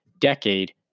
decade